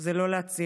זה לא להציל,